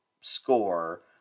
score